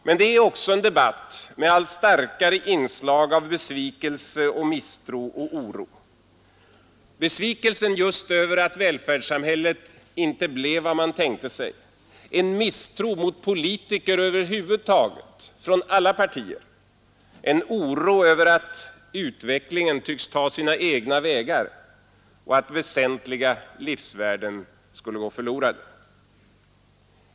Men det är också en debatt med allt starkare inslag av besvikelse, misstro och oro: besvikelse över att välfärdssamhället inte blev vad man tänkte sig, en misstro mot politiker över huvud taget från alla partier, en oro över att ”utvecklingen” tycks ta sina egna vägar och att väsentliga livsvärden skulle gå förlorade.